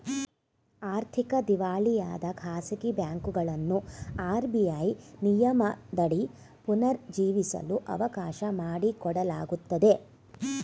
ಆರ್ಥಿಕ ದಿವಾಳಿಯಾದ ಖಾಸಗಿ ಬ್ಯಾಂಕುಗಳನ್ನು ಆರ್.ಬಿ.ಐ ನಿಯಮದಡಿ ಪುನರ್ ಜೀವಿಸಲು ಅವಕಾಶ ಮಾಡಿಕೊಡಲಾಗುತ್ತದೆ